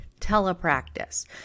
telepractice